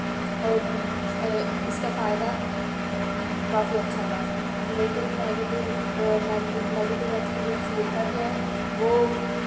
اور اِس کا فائدہ کافی اچھا تھا لیکن نیگیٹیو نگیٹیو نگیٹیو ایکسپیرئنس یہ تھا کہ وہ